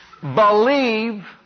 believe